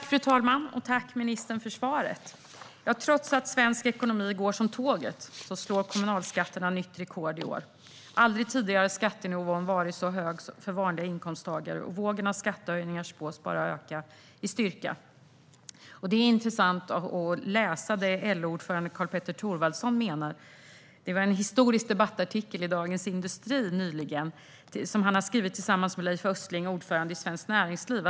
Fru talman! Jag tackar ministern för svaret. Trots att svensk ekonomi går som tåget slår kommunalskatterna nytt rekord i år. Aldrig tidigare har skattenivån varit så hög för vanliga inkomsttagare, och vågen av skattehöjningar spås bara öka i styrka. Det är intressant att läsa det LO-ordföranden Karl-Petter Thorwaldsson skriver. Han skrev nyligen en historisk debattartikel i Dagens industri tillsammans med Leif Östling, ordförande i Svenskt Näringsliv.